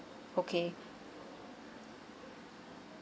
okay